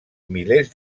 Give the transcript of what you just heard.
milers